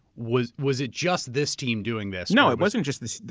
was was it just this team doing this? no, it wasn't just this